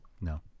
No